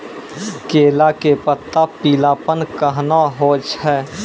केला के पत्ता पीलापन कहना हो छै?